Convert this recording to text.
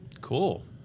Cool